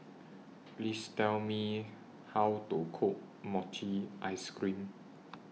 Please Tell Me How to Cook Mochi Ice Cream